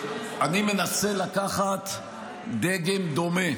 אני מנסה לקחת דגם דומה,